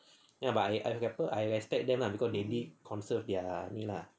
ya but I I respect them lah cause they did conserve their ah